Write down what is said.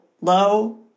low